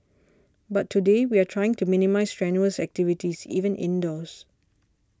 but today we are trying to minimise strenuous activities even indoors